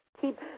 keep